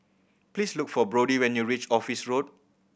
please look for Brody when you reach Office Road